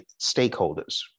stakeholders